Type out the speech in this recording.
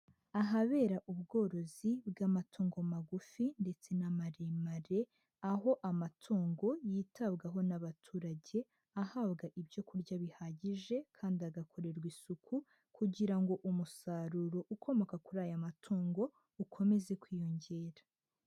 Ahabera ubworozi bw'amatungo magufi ndetse n'amaremare, aho amatungo yitabwaho n'abaturage, ahabwa ibyo kurya bihagije kandi agakorerwa isuku kugira ngo umusaruro ukomoka kuri aya matungo ukomeze kwiyongera.